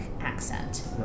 accent